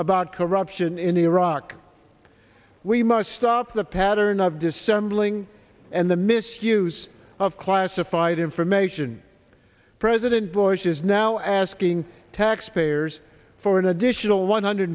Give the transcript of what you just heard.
about corruption in iraq we must stop the pattern of dissembling and the misuse of classified information president bush is now asking taxpayers for an additional one hundred